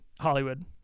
Hollywood